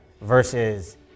versus